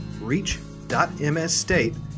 reach.msstate